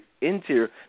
interior